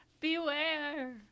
Beware